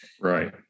Right